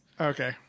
Okay